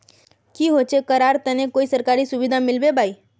की होचे करार तने कोई सरकारी सुविधा मिलबे बाई?